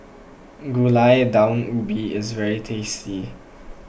Gulai Daun Ubi is very tasty